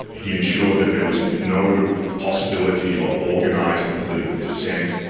he ensured that there was no possibility of organising political dissent.